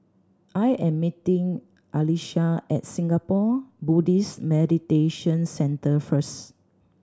I am meeting Alysha at Singapore Buddhist Meditation Centre first